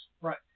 Right